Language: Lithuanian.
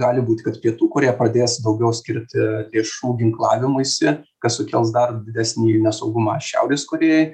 gali būti kad pietų korėja pradės daugiau skirti lėšų ginklavimuisi kas sukels dar didesnį nesaugumą šiaurės korėjai